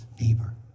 neighbor